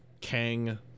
Kang